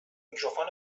میکروفون